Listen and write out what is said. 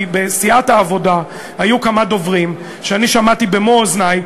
כי בסיעת העבודה היו כמה דוברים שאני שמעתי במו-אוזני,